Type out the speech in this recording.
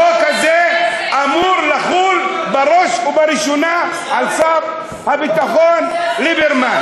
החוק הזה אמור לחול בראש ובראשונה על שר הביטחון ליברמן.